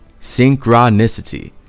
Synchronicity